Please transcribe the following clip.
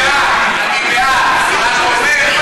אני בעד.